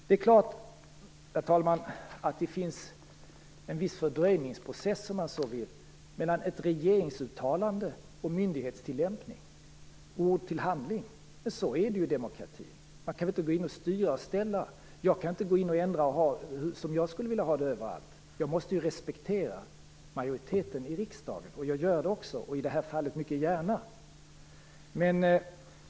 Det är klart att det finns en viss fördröjningsprocess, om man så vill, mellan ett regeringsuttalande och myndighetstillämpningen, mellan ord och handling. Men så är det ju i en demokrati. Man kan inte gå in och styra och ställa. Jag kan inte få det precis som jag vill ha det överallt. Jag måste respektera majoriteten i riksdagen, och jag gör det också - i det här fallet mycket gärna.